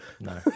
No